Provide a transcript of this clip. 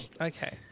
Okay